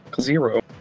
zero